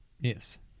Yes